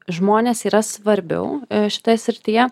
žmonės yra svarbiau šitoj srityje